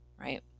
Right